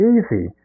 Easy